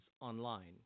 online